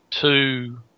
two